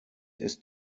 ist